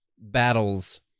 battles